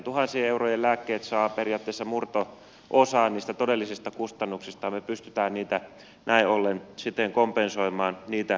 tuhansien eurojen lääkkeet saa periaatteessa murto osaan niistä todellisista kustannuksista ja me pystymme niitä näin ollen siten kompensoimaan niitä tarvitseville